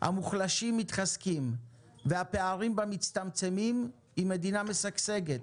המוחלשים מתחזקים והפערים בה מצטמצמים היא מדינה משגשגת